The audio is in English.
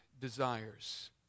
desires